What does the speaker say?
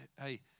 hey